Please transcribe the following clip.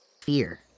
fear